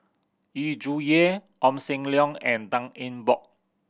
Yu Zhuye Ong Sam Leong and Tan Eng Bock